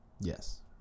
yes